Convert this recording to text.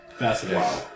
Wow